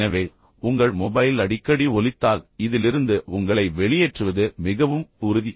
எனவே உங்கள் மொபைல் அடிக்கடி ஒலித்தால் இதிலிருந்து உங்களை வெளியேற்றுவது மிகவும் உறுதி